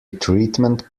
treatment